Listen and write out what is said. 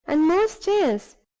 and more stairs!